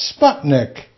Sputnik